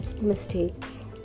Mistakes